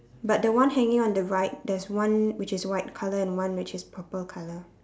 but the one hanging on the right there's one which is white colour and one which is purple colour